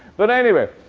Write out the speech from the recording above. but anyway,